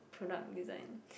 product design